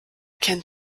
kennt